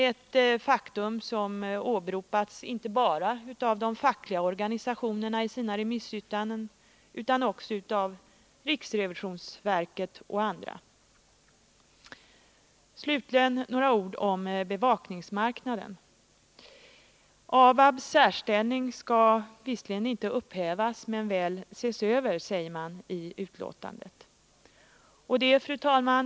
Ett faktum som åberopats inte bara av de fackliga organisationerna i deras remissyttranden utan också RRV m.fl. Slutligen något om bevakningsmarknaden. ABAB:s särställning skall visserligen inte upphävas men väl ses över, säger man i utskottets betänkande. Fru talman!